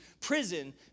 prison